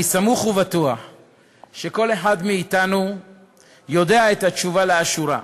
אני סמוך ובטוח שכל אחד מאתנו יודע את התשובה לאשורה,